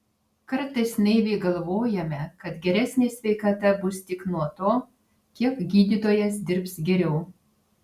kartais naiviai galvojame kad geresnė sveikata bus tik nuo to kiek gydytojas dirbs geriau